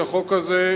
כי החוק הזה,